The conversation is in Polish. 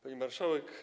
Pani Marszałek!